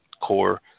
core